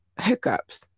hiccups